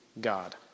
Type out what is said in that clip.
God